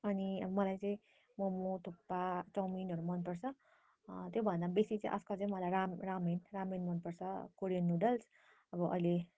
अनि अब मलाई चाहिँ मोमो थुक्पा चाउमिनहरू मनपर्छ त्योभन्दा बेसी चाहिँ आजकल चाहिँ मलाई राम रामेन रामेन मनपर्छ कोरियन नुडल्स अब अहिले